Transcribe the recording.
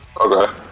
Okay